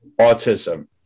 autism